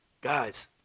Guys